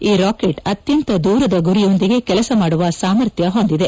ಈ ರಾಕೆಟ್ ಅತ್ಯಂತ ದೂರದ ಗುರಿಯೊಂದಿಗೆ ಕೆಲಸ ಮಾಡುವ ಸಾಮರ್ಥ್ಯ ಹೊಂದಿದೆ